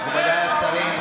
מכובדיי השרים,